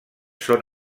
són